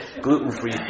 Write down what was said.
Gluten-free